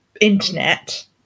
internet